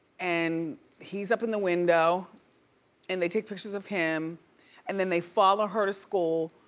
and he's up in the window and they take pictures of him and then they follow her to school.